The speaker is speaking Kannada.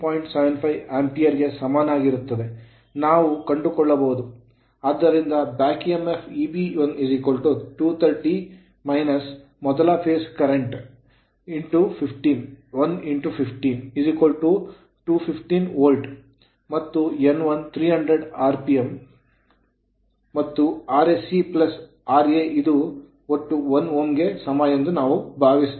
75 Ampere ಆಂಪಿಯರ್ ಗೆ ಸಮಾನವಾಗಿರುತ್ತದೆ ಎಂದು ನಾವು ಕಂಡುಕೊಳ್ಳಬಹುದು ಆದ್ದರಿಂದ back emf back EMF Eb1 230 ಮೊದಲ ಹಂತದ ಕರೆಂಟ್ 1 15 215 ವೋಲ್ಟ್ ಮತ್ತು n1 300 rpm ಮತ್ತು Rse ra ಇದು ಒಟ್ಟು 1 Ω ಗೆ ಸಮ ಎಂದು ನಾವು ಭಾವಿಸುತ್ತೇವೆ